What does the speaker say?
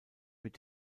mit